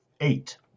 eight